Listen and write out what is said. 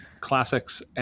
classics